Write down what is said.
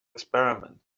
experiment